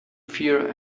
fear